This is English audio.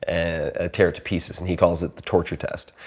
and ah tear it to pieces and he calls it the torture test.